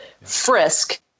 Frisk